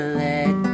let